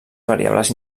variables